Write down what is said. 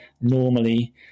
normally